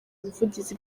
ubuvugizi